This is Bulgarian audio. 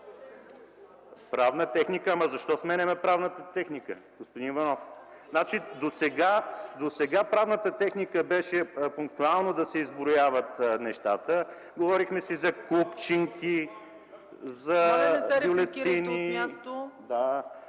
Правна техника, ама защо сменяме правната техника, господин Иванов? Досега правната техника беше пунктуално да се изброяват нещата. Говорихме си за купчинки, за бюлетини ... (Реплики от ГЕРБ.)